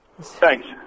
Thanks